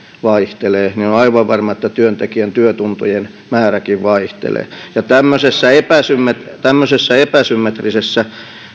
vaihtelee niin työntekijän työtuntien määräkin vaihtelee tämmöisessä epäsymmetrisessä tämmöisessä epäsymmetrisessä